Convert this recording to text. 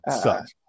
sucks